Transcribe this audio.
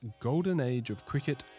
goldenageofcricket